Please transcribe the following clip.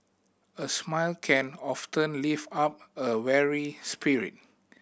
a smile can often lift up a weary spirit